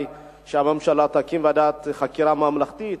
שהממשלה תקים ועדת חקירה ממלכתית.